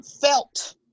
felt